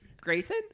Grayson